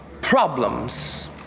problems